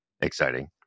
exciting